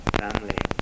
family